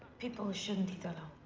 people shouldn't eat alone.